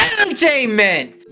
Entertainment